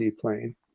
plane